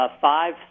five